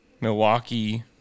Milwaukee